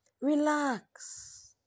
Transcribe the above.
Relax